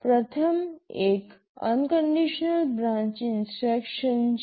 પ્રથમ એક unconditional branch instruction છે